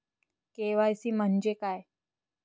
KYC म्हंजे काय?